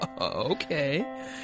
Okay